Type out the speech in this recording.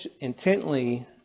intently